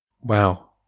Wow